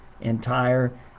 entire